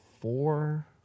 Four